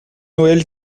noël